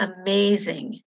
amazing